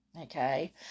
Okay